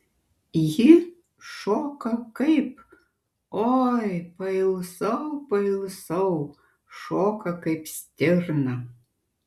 ji šoka kaip oi pailsau pailsau šoka kaip stirna